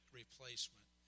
replacement